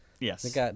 Yes